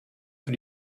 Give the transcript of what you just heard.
für